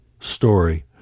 story